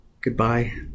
Goodbye